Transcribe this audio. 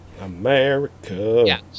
America